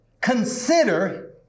Consider